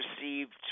received